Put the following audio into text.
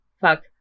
fuck